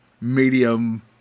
medium